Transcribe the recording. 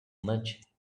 much